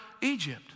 Egypt